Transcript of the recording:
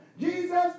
Jesus